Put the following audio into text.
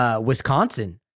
Wisconsin